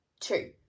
two